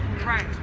right